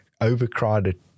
Overcrowded